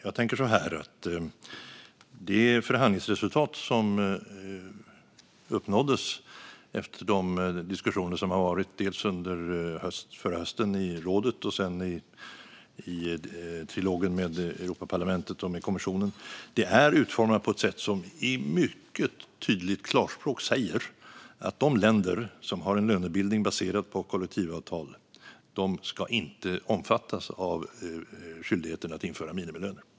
Det förhandlingsresultat som uppnåddes efter de diskussioner som fördes i rådet under förra hösten och sedan i trilogen med Europaparlamentet och kommissionen är utformat på ett sätt som i mycket tydligt klarspråk säger att länder som har en lönebildning baserad på kollektivavtal inte ska omfattas av skyldigheten att införa minimilöner.